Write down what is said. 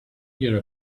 your